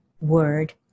word